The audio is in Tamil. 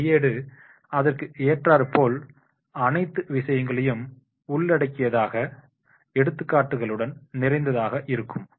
அந்த கையேடு அதற்கு ஏற்றார்போல் அனைத்து விஷயங்களையும் உள்ளடக்கியதாக எடுத்துக்காட்டுகள் நிறைந்ததாக இருக்கும்